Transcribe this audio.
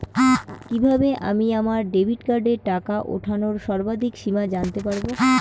কিভাবে আমি আমার ডেবিট কার্ডের টাকা ওঠানোর সর্বাধিক সীমা জানতে পারব?